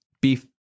Beef